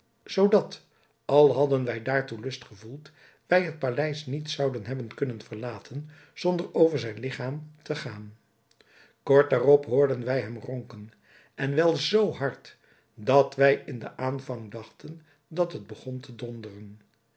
zoodat al hadden wij daartoe lust gevoeld wij het paleis niet zouden hebben kunnen verlaten zonder over zijn ligchaam te gaan kort daarop hoorden wij hem ronken en wel zoo hard dat wij in den aanvang dachten dat het begon te donderen